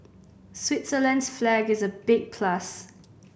Switzerland's flag is a big plus